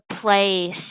place